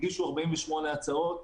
הגישו 48 הצעות.